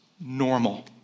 normal